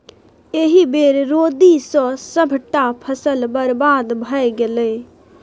एहि बेर रौदी सँ सभटा फसल बरबाद भए गेलै